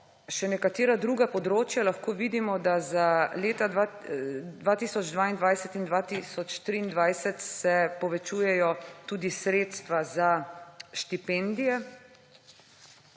še nekatera druga področja, lahko vidimo, da se za leti 2022 in 2023 povečujejo tudi sredstva za štipendije,